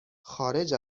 خارج